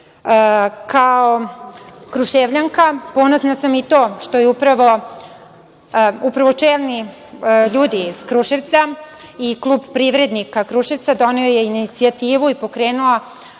Kruševljana, ponosna na to što su upravo čelni ljudi iz Kruševca i klub Privrednika Kruševca, doneo inicijativu i pokrenuo